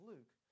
Luke